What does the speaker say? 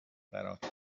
برات